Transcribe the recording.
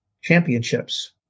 Championships